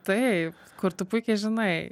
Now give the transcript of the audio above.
taip kur tu puikiai žinai